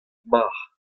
mar